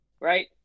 right